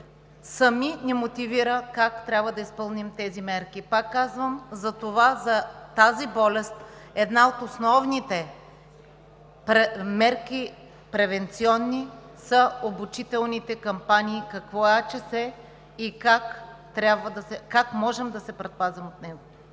сами да ни мотивира как трябва да изпълним тези мерки. Пак казвам, затова за тази болест една от основните превенционни мерки са обучителните кампании – какво е АЧС и как можем да се предпазваме от него.